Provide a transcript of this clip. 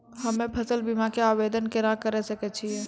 हम्मे फसल बीमा के आवदेन केना करे सकय छियै?